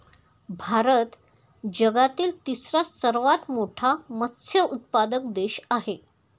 भारत जगातील तिसरा सर्वात मोठा मत्स्य उत्पादक देश आहे